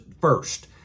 first